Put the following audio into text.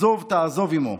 "עָזֹב תַּעֲזֹב עמו".